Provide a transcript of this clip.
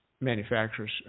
manufacturers